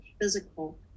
physical